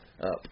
up